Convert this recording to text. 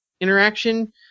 interaction